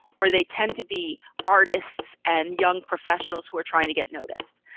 or they tend to be artists and young professionals who are trying to get noticed.